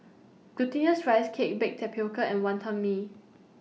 Glutinous Rice Cake Baked Tapioca and Wantan Mee